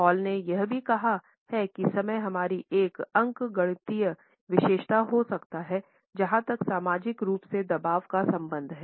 hall ने यह भी कहा है कि समय हमारी एक अंकगणितीय विशेषता हो सकता है जहाँ तक सामाजिक रूप से दबाव का संबंध है